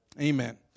Amen